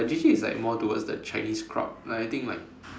but this is like more towards the Chinese crowd but I think like